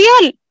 real